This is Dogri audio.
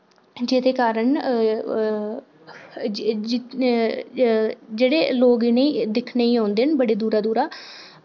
जेह्दे कारण जेह्ड़े लोक इनें ई दिक्खने ई औंदे न बड़ी दूरा दूरा